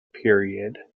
period